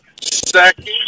Second